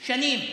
שנים.